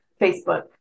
Facebook